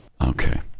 Okay